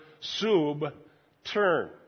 sub-turn